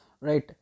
Right